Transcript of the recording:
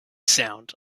sound